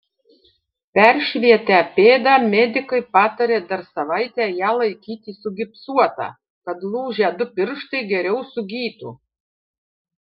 peršvietę pėdą medikai patarė dar savaitę ją laikyti sugipsuotą kad lūžę du pirštai geriau sugytų